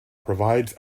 provides